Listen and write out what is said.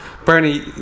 bernie